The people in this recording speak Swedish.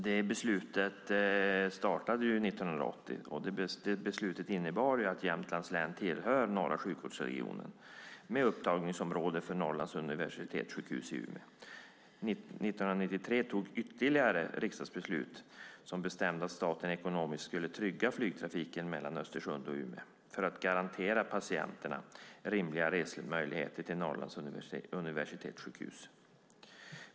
Det beslutet kom 1980 och innebar att Jämtlands län tillhör norra sjukvårdsregionen med upptagningsområde för Norrlands universitetssjukhus i Umeå. År 1993 togs ytterligare ett riksdagsbeslut som bestämde att staten ekonomiskt skulle trygga flygtrafiken mellan Östersund och Umeå för att garantera patienterna rimliga resmöjligheter till Norrlands universitetssjukhus.